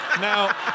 Now